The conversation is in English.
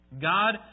God